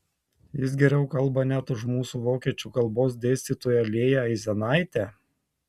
jis geriau kalba net už mūsų vokiečių kalbos dėstytoją lėją aizenaitę